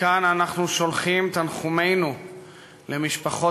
מכאן אנחנו שולחים את תנחומינו למשפחות